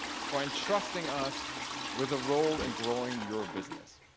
for entrusting us with a role in growing your business.